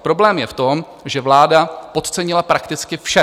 Problém je v tom, že vláda podcenila prakticky vše.